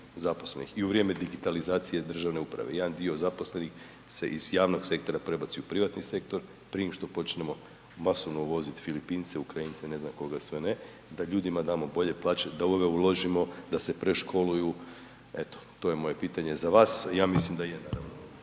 zaposlenih i u vrijeme digitalizacije državne uprave, jedan dio zaposlenih se iz javnog sektora prebaci u privatni sektor prije nego što počnemo masovno uvozit Filipince, Ukrajince, ne znam koga sve ne, da ljudima damo bolje plaće, da u ove uložimo da se preškoluju, eto to je moje pitanje za vas, ja mislim da je naravno.